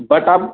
but आप